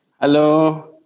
Hello